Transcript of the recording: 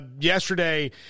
yesterday